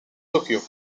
tokyo